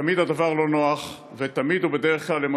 תמיד הדבר לא נוח ותמיד ובדרך כלל הם